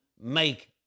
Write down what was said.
make